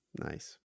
Nice